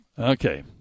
Okay